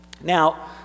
Now